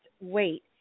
wait